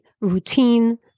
routine